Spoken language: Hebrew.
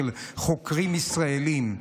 של חוקרים ישראלים,